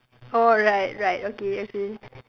oh right right okay okay